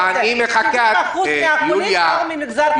90% מהחולים באו מהמגזר החרדי.